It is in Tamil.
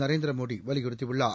நரேந்திரமோடி வலியுறுத்தியுள்ளார்